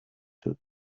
took